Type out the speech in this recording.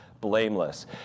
blameless